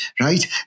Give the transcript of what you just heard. right